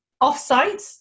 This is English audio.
off-site